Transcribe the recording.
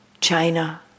China